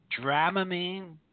Dramamine